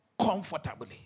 comfortably